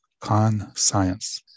con-science